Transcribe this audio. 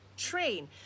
train